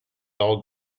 all